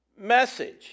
message